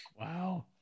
wow